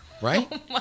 Right